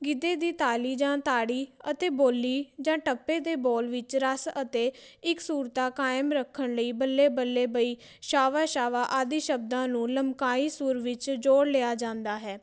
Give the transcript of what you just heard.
ਗਿੱਧੇ ਦੀ ਤਾਲੀ ਜਾਂ ਤਾੜੀ ਅਤੇ ਬੋਲੀ ਜਾਂ ਟੱਪੇ ਤੇ ਬੋਲ ਵਿੱਚ ਰਸ ਅਤੇ ਇੱਕ ਸੂਰਤਾ ਕਾਇਮ ਰੱਖਣ ਲਈ ਬੱਲੇ ਬੱਲੇ ਬਈ ਸ਼ਾਵਾ ਸ਼ਾਵਾ ਆਦਿ ਸ਼ਬਦਾਂ ਨੂੰ ਲਮਕਾਈ ਸੁਰ ਵਿੱਚ ਜੋੜ ਲਿਆ ਜਾਂਦਾ ਹੈ